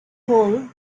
hole